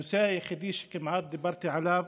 הנושא היחיד כמעט שדיברתי עליו